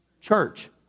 church